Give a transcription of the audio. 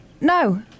No